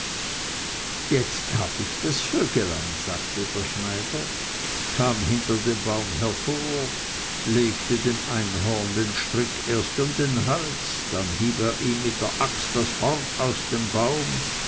jetzt hab ich das vöglein sagte der schneider kam hinter dem baum hervor legte dem einhorn den strick erst um den hals dann hieb er mit der axt das horn aus dem baum